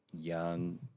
young